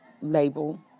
label